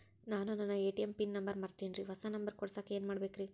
ನಾನು ನನ್ನ ATM pin number ಮರ್ತೇನ್ರಿ, ಹೊಸಾ ನಂಬರ್ ಕುಡಸಾಕ್ ಏನ್ ಮಾಡ್ಬೇಕ್ರಿ?